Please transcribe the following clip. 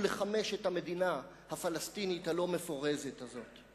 לחמש את המדינה הפלסטינית הלא-מפורזת הזאת.